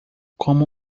como